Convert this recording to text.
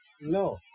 No